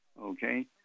okay